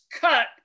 cut